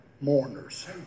Mourners